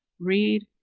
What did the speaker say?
read,